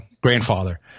grandfather